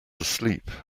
asleep